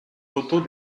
photos